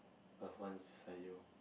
loved ones beside you